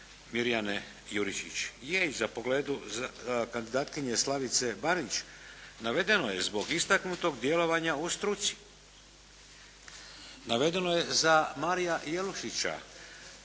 Mirjane Jurišić. Je i za pogledu kandidatkinje Slavice Banić. Navedeno je zbog istaknut djelovanja u struci. Navedeno je za Marija Jelušića,